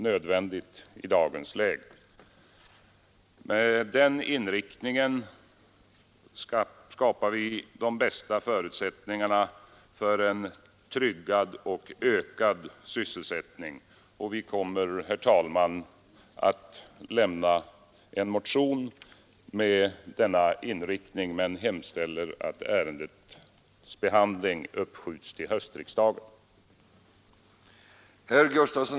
Efter de riktlinjerna skapas de bästa förutsättningarna för en tryggad och ökad sysselsättning. Vi kommer, herr talman, att avlämna en motion med en sådan inriktning, men hemställer att ärendets behandling uppskjuts till höstriksdagen.